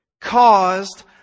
caused